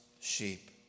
sheep